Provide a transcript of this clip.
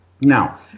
Now